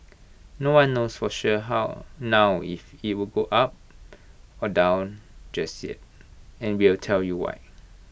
no one knows for sure how now if IT will go up or down just yet and we'll tell you why